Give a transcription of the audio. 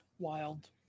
wild